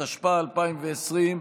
התשפ"א 2020,